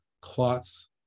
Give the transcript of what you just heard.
clots